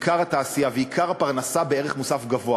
עיקר התעשייה ועיקר הפרנסה בערך מוסף גבוה